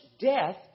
death